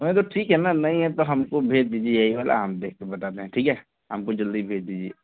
मैं तो ठीक हे ना नहीं है तो हमको भेज दीजिए यही वाला हम देख हे बता दे ठीक है हमको जल्दी भेज दीजिए